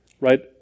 right